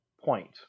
point